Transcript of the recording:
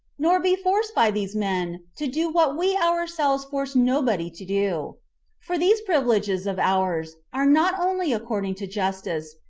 nor be forced by these men to do what we ourselves force nobody to do for these privileges of ours are not only according to justice,